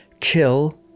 kill